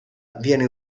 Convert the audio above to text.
viene